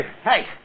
Hey